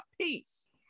peace